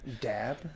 Dab